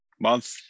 month